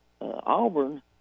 Auburn